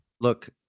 Look